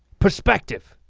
perspective.